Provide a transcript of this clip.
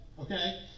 okay